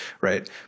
right